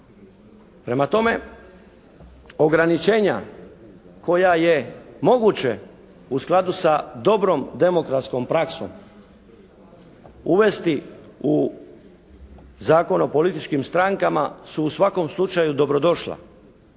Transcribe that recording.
Prema tome ograničenja koja je moguće u skladu sa dobrom demokratskom praksom uvesti u Zakon o političkim strankama su u svakom slučaju dobro došla.